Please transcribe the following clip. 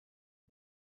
bas